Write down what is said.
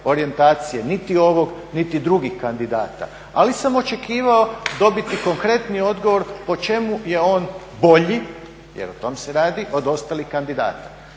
niti ovog niti drugog kandidata. Ali sam očekivao dobiti konkretni odgovor po čemu je on bolji, jer o tom se radi, od ostalih kandidata.